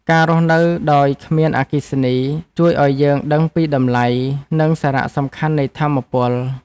ការរស់នៅដោយគ្មានអគ្គិសនី ជួយឱ្យយើងដឹងពីតម្លៃ និងសារៈសំខាន់នៃថាមពល។